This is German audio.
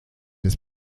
des